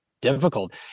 difficult